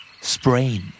Sprain